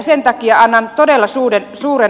sen takia aina todellisuuden suuri